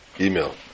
email